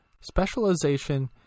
specialization